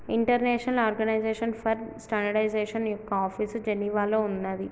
international organisation for standardisation యొక్క office జెనీవాలో ఉన్నాది